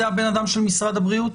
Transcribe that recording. זה הבן אדם של משרד הבריאות,